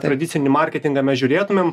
tradicinį marketingą mes žiūrėtumėm